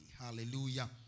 Hallelujah